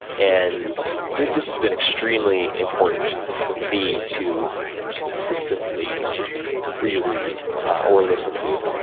and, this this has been extremely important for me to consistently reread, or listen to.